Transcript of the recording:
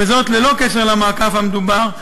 וזאת ללא קשר למעקף המדובר,